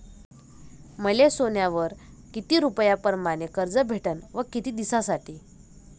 मले सोन्यावर किती रुपया परमाने कर्ज भेटन व किती दिसासाठी?